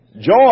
Joy